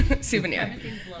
Souvenir